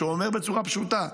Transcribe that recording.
שאומר בצורה פשוטה: